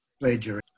plagiarism